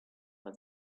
but